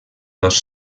dos